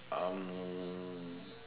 um